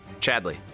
Chadley